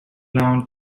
lounge